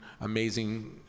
amazing